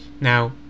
Now